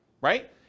right